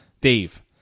Dave